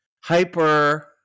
hyper